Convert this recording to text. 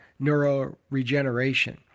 neuroregeneration